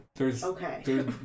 Okay